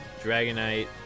Dragonite